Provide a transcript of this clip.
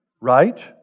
Right